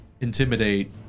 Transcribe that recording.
Intimidate